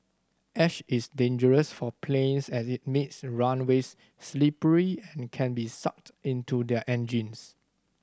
ash is dangerous for planes as it makes runaways slippery and can be sucked into their engines